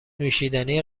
نوشیدنی